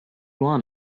want